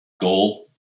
goal